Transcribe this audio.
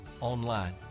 online